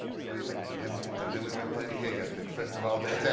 so anyway, and then we and then we went playing a gig at festival d'ete.